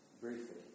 briefly